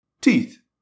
Teeth